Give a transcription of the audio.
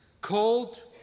called